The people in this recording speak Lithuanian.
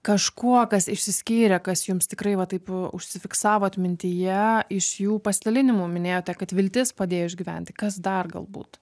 kažkuo kas išsiskyrė kas jums tikrai va taip užsifiksavo atmintyje iš jų pasidalinimų minėjote kad viltis padėjo išgyventi kas dar galbūt